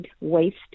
waste